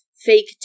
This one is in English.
fake